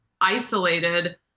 isolated